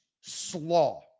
slaw